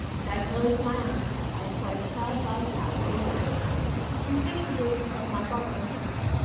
did i close my eyes, i saw it side by side with the inscription in fifty years of my bolivar county,